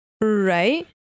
Right